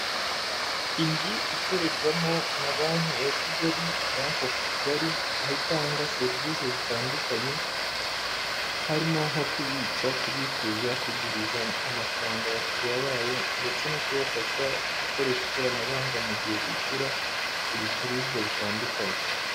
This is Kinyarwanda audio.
Inzu ikorerwamo na banki ya Kigali, banki ovu Kigali, aho itanga serivise zitandukanye, harimo nko kubitsa, kubikuza, kuguriza amafaranga abakiriya bayo, ndetse no kubafasha gukoresha ikoranabuhanga mu gihe bishyura ibicuruzwa bitandukanye.